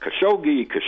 Khashoggi